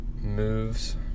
moves